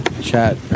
chat